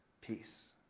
peace